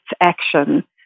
action